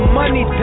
money